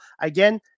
again